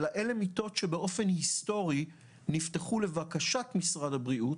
אלה מיטות שבאופן היסטורי נפתחו לבקשת משרד הבריאות,